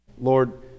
Lord